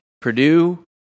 Purdue